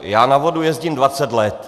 Já na vodu jezdím dvacet let.